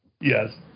Yes